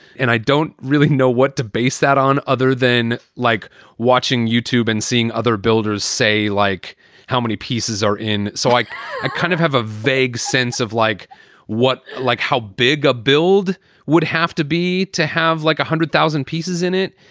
and i don't really know what to base that on other than like watching youtube and seeing other builders say, like how many pieces are in. so i ah kind of have a vague sense of like what like how big a build would have to be to have like hundred thousand pieces in it.